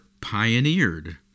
pioneered